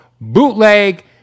BOOTLEG